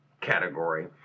category